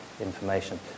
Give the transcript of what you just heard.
information